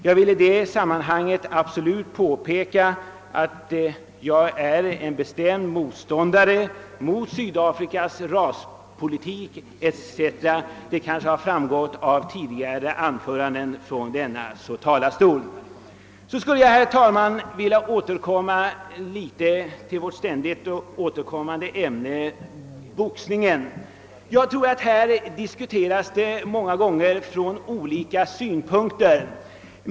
Jag vill i detta sammanhang påpeka att jag är en bestämd motståndare till Sydafrikas raspolitik; det har kanske framgått av tidigare anföranden från denna talarstol. Jag vill också, herr talman, beröra vårt ständigt återkommande ämne om statligt stöd till boxning. Här diskuteras det många gånger från olika utgångspunkter.